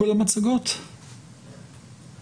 (מדבר באנגלית, להלן התרגום:)